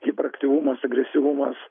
hiperaktyvumas agresyvumas